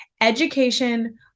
education